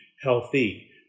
healthy